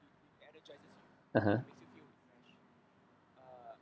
(uh huh)